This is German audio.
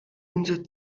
unser